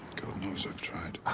knows i've tried.